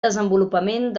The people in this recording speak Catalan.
desenvolupament